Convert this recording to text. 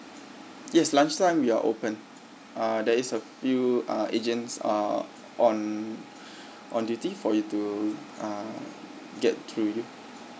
yes lunch time we are open uh there is a few uh agents uh on on duty for you to uh get through